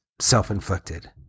self-inflicted